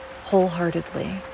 wholeheartedly